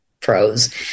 pros